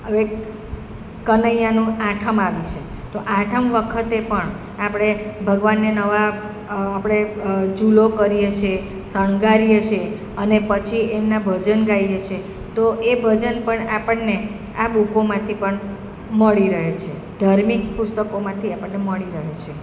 હવે કનૈયાનું આઠમ આવી છે તો આઠમ વખતે પણ આપણે ભગવાનને નવા આપણે ઝૂલો કરીએ છે શણગારીએ છીએ અને પછી એમના ભજન ગાઈએ છીએ તો એ ભજન પણ આપણને આ બૂકોમાંથી પણ મળી રહે છે ધાર્મિક પુસ્તકોમાંથી આપણને મળી રહે છે